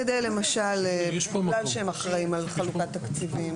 בגלל שהם אחראים על חלוקת תקציבים,